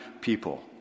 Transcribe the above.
people